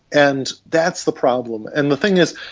and that's the problem. and the thing is,